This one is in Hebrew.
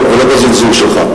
בזלזול שלך.